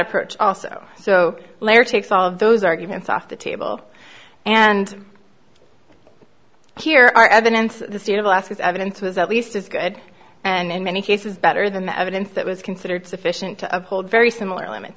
approach also so later takes all of those arguments off the table and here are evidence the state of alaska's evidence was at least as good and in many cases better than the evidence that was considered sufficient to uphold very similar limits